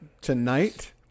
tonight